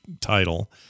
title